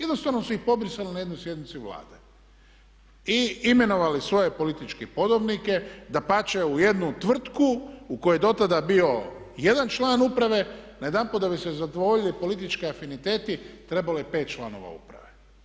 Jednostavno su ih pobrisali na jednoj sjednici Vlade i imenovali svoje političke podobnike, dapače u jednu tvrtku u kojoj je dotada bio jedan član uprave, najedanput da bi se zadovoljili politički afiniteti trebalo je pet članova uprave.